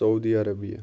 Saudi Arabia